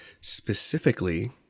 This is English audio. specifically